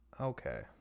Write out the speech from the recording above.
Okay